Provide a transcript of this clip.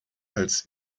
als